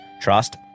trust